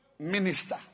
Minister